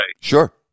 Sure